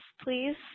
please